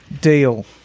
deal